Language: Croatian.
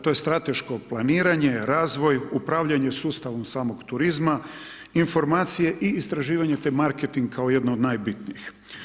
To je strateško planiranje, razvoj, upravljanje sustavom samog turizma informacije i istraživanje, te marketing, kao jedne od najbitnijih.